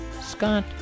Scott